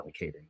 allocating